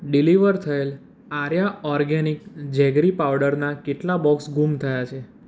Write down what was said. deliver થયેલ Arya organic jaggery પાવડરના કેટલા બોક્સ ગુમ થયા છે